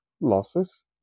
losses